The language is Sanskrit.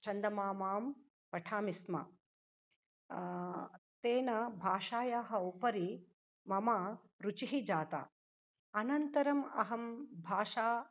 चन्दमामां पठामि स्म तेन भाषायाः उपरि मम रुचिः जाता अनन्तरं अहं भाषा